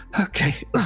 okay